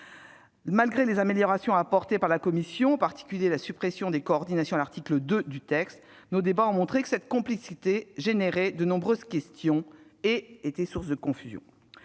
Malgré les améliorations apportées par la commission, en particulier par la suppression de plusieurs coordinations à l'article 2 du texte initial, nos débats ont montré que cette complexité suscitait de nombreuses questions et était source de confusion.